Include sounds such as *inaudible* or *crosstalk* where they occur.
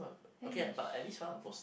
hey *noise*